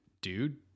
dude